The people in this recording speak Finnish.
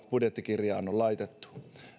budjettikirjaan on laitettu